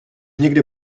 někde